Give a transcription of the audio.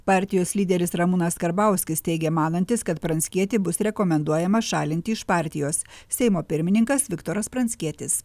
partijos lyderis ramūnas karbauskis teigė manantis kad pranckietį bus rekomenduojama šalinti iš partijos seimo pirmininkas viktoras pranckietis